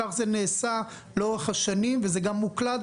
כך זה נעשה לאורך השנים וזה גם מוקלט,